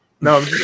No